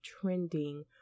trending